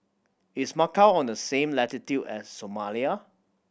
is Macau on the same latitude as Somalia